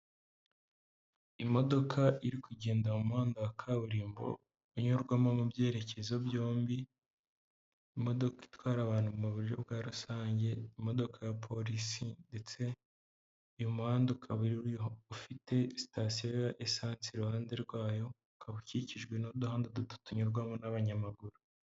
Imodoka iri kugenda mu muhanda wa kaburimbo, inyurwamo mu byerekezo byombi, imodoka itwara abantu mu buryo bwa rusange, imodoka ya polisi ndetse uyu muhanda ukaba ufite sitasiyo ya esansi iruhande rwayo, ukaba ukikijwe n'uduhanda duto tunyurwamo n'abanyamaguru.